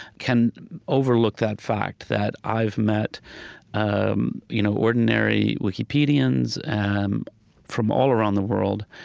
can overlook that fact that i've met um you know ordinary wikipedians um from all around the world,